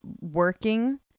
working